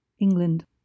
england